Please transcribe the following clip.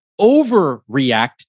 overreact